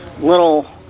little